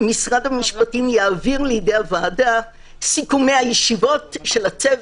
משרד המשפטים יעביר לידי הוועדה סיכומי הישיבות של הצוות,